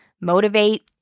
motivate